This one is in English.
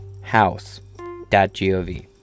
house.gov